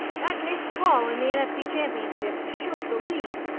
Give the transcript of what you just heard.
that missed call in the nfc championship shook the league.